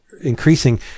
Increasing